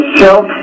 self